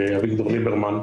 אביגדור ליברמן,